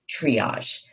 triage